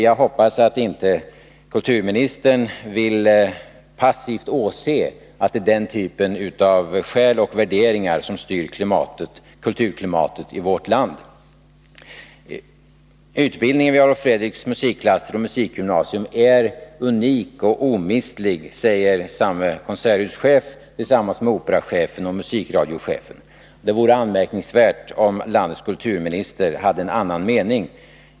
Jag hoppas att kulturministern inte passivt vill åse att den typen av skäl och värderingar styr kulturklimatet i vårt land. Utbildningen vid Adolf Fredriks musikklasser och musikgymnasium är unik och omistlig, säger samme konserthuschef tillsammans med operachefen och musikradiochefen. Det vore anmärkningsvärt om landets kulturminister hade en annan mening.